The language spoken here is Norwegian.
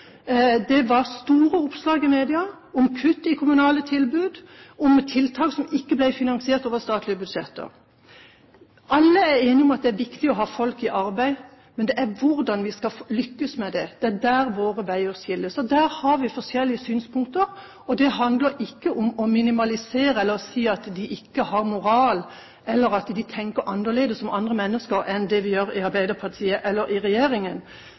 Det var store oppslag i media om kutt i kommunale tilbud, om tiltak som ikke ble finansiert over statlige budsjetter. Alle er enige om at det er viktig å ha folk i arbeid, men når det gjelder hvordan vi skal lykkes med det, skilles våre veier. Der har vi forskjellige synspunkter. Det handler ikke om å minimalisere eller å si at de ikke har moral, eller at de tenker annerledes om andre mennesker enn det vi gjør i Arbeiderpartiet eller i regjeringen,